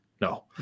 No